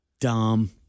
Dumb